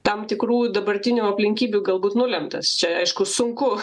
tam tikrų dabartinių aplinkybių galbūt nulemtas čia aišku sunku